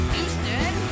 Houston